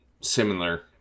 similar